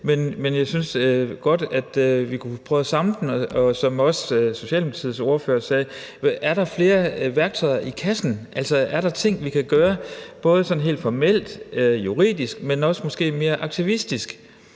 men jeg synes godt, at vi kunne prøve at samle dem til en helhed. Og som også Socialdemokratiets ordfører sagde: Er der flere værktøjer i kassen? Altså, er der ting, vi kan gøre, både sådan helt formelt-juridisk og måske også mere aktivistisk?